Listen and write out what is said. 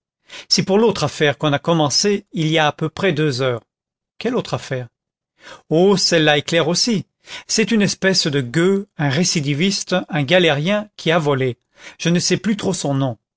c'est pour l'autre affaire qu'on a commencée il y a à peu près deux heures quelle autre affaire oh celle-là est claire aussi c'est une espèce de gueux un récidiviste un galérien qui a volé je ne sais plus trop son nom